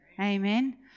Amen